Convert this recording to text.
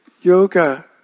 yoga